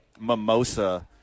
mimosa